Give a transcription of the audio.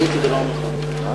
תודה.